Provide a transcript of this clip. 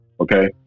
Okay